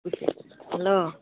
hello